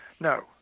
No